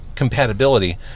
Compatibility